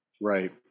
Right